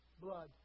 Blood